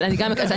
גם אני.